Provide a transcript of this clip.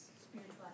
spiritual